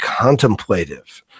contemplative